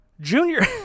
Junior